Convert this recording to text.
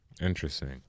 Interesting